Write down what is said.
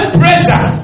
pressure